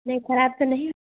नहीं खराब तो नहीं